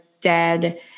dead